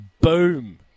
Boom